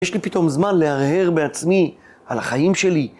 יש לי פתאום זמן להרהר בעצמי על החיים שלי.